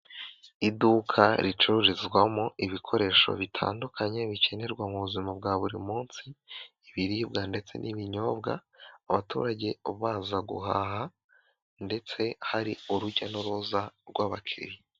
Iduka ricururizwamo ibikoresho bitandukanye, bikenerwa mu buzima bwa buri munsi ibiribwa ndetse n'ibinyobwa, abaturage baza guhaha ndetse hari urujya n'uruza rw'abakiriya.